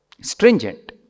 stringent